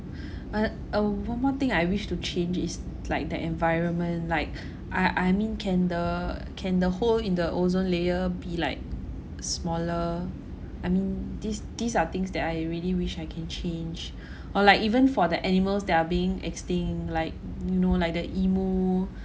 uh uh one more thing I wish to change is like the environment like I I mean can the can the hole in the ozone layer be like smaller I mean these these are things that I really wish I can change or like even for the animals that are being extinct like you know like the emu